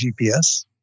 GPS